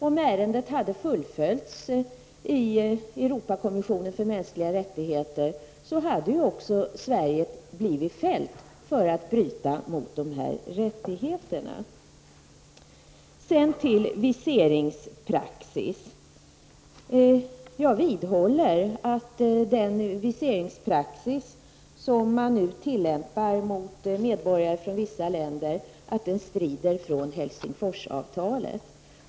Om ärendet hade fullföljts i Europakommissionen för mänskliga rättigheter hade Sverige blivit fällt för brott mot dessa rättigheter. Jag vidhåller att den viseringspraxis som man nu tillämpar för medborgare från vissa länder strider mot Helsingforsavtalet.